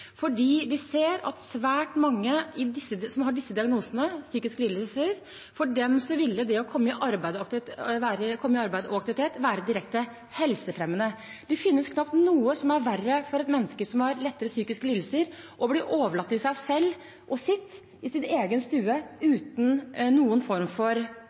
fordi vi ser at for svært mange som har disse diagnosene – psykiske lidelser – ville det å komme i arbeid og aktivitet være direkte helsefremmende. Det finnes knapt noe som er verre for et menneske som har lettere psykiske lidelser, enn å bli overlatt til seg selv og sitt i sin egen stue uten noen form for